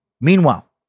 Meanwhile